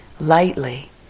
lightly